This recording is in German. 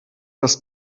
das